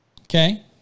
Okay